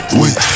wait